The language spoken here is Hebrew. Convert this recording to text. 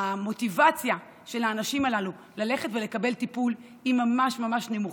המוטיבציה של האנשים הללו ללכת ולקבל טיפול הוא ממש ממש נמוכה,